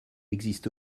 existe